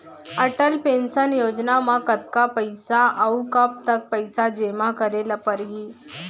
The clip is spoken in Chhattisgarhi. अटल पेंशन योजना म कतका पइसा, अऊ कब तक पइसा जेमा करे ल परही?